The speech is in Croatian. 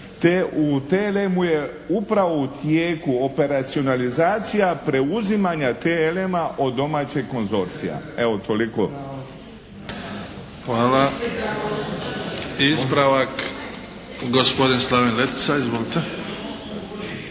U TLM-u je upravo u tijeku operacionalizacija preuzimanje TLM-a od domaćeg konzorcija. Evo toliko. **Bebić, Luka (HDZ)** Hvala. Ispravak gospodin Slaven Letica. Izvolite.